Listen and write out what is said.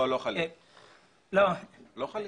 לא, לא חלים.